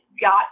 got